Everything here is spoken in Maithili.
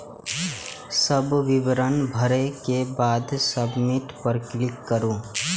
सब विवरण भरै के बाद सबमिट पर क्लिक करू